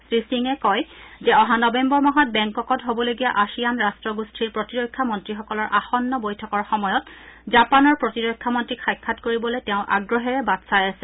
শ্ৰীসিঙে কয় যে অহা নৱেম্বৰ মাহত বেংককত হ'বলগীয়া আছিয়ান ৰাট্টগোষ্ঠীৰ প্ৰতিৰক্ষা মন্ত্ৰীসকলৰ আসন্ন বৈঠকৰ সময়ত জাপানৰ প্ৰতিৰক্ষা মন্ত্ৰীক সাক্ষাৎ কৰিবলৈ তেওঁ আগ্ৰহেৰে বাট চাই আছে